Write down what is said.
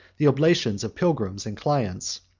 the oblations of pilgrims and clients,